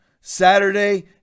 Saturday